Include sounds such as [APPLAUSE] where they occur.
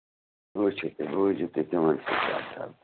وُچھو تُہۍ روزِو تُہۍ تِمن سٍتۍ [UNINTELLIGIBLE]